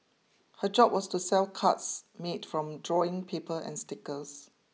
her job was to sell cards made from drawing paper and stickers